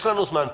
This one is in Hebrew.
יש לנו זמן פה.